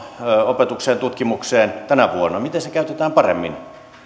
opetukseen ja tutkimukseen tänä vuonna miten se käytetään paremmin